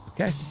Okay